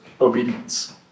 obedience